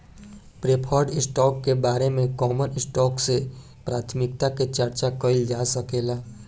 preferred stock के बारे में कॉमन स्टॉक से प्राथमिकता के चार्चा कईल जा सकेला